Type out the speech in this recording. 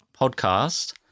podcast